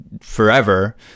forever